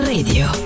Radio